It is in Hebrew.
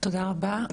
תודה רבה.